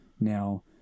now